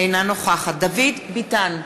אינה נוכחת דוד ביטן,